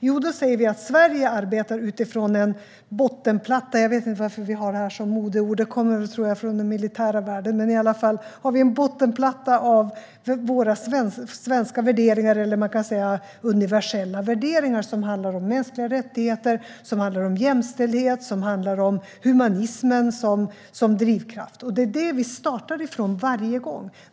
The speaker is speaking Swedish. Jo, vi säger att Sverige arbetar utifrån en bottenplatta - jag vet inte varför vi har detta som modeord, men jag tror att det kommer från den militära världen - av våra svenska värderingar, eller universella värderingar, som handlar om mänskliga rättigheter, som handlar om jämställdhet och som handlar om humanismen som drivkraft. Det är detta som vi startar från varje gång.